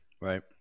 right